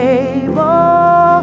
able